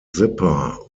zipper